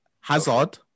Hazard